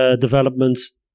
developments